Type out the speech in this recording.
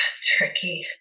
tricky